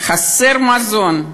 חסר מזון,